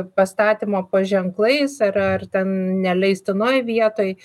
pastatymo po ženklais ar ar ten neleistinoj vietoj